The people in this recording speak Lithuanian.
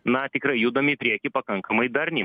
na tikrai judam į priekį pakankamai darniai